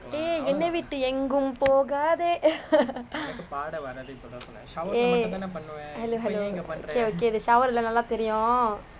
eh என்ன விட்டு எங்கும் போகாதே:enna vitu engum pokathe eh hello hello okay okay okay the shower இல்ல நல்லா தெரியும்:ille nallaa theriyum